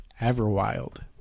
Everwild